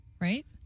right